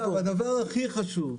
הדבר הכי חשוב,